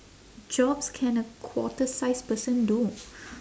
jobs can a quarter-sized person do